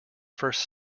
first